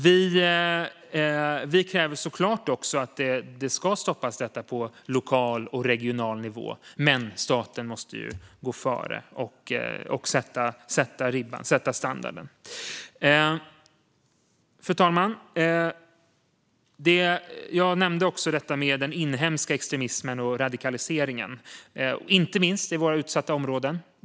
Vi kräver såklart att det ska stoppas också på lokal och regional nivå, men staten måste gå före och sätta standarden. Fru talman! Jag nämnde den inhemska extremismen och radikaliseringen, inte minst i våra utsatta områden.